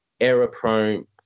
error-prone